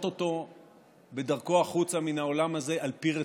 אותו בדרכו החוצה מן העולם הזה על פי רצונו.